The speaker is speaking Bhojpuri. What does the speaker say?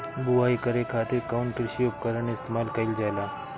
बुआई करे खातिर कउन कृषी उपकरण इस्तेमाल कईल जाला?